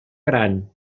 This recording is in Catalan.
gran